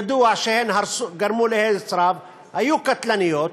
ידוע שהן גרמו להרס רב, הן היו קטלניות,